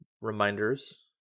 reminders